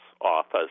office